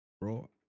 Bro